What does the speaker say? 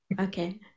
Okay